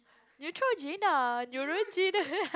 Neutrogena neurogen